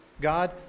God